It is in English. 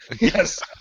Yes